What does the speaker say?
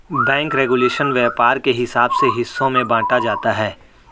bank regulation व्यापार के हिसाब से हिस्सों में बांटा जाता है